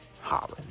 holland